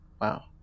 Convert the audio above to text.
Wow